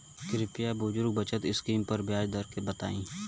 कृपया बुजुर्ग बचत स्किम पर ब्याज दर बताई